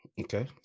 Okay